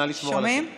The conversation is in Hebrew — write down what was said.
נא לשמור על השקט.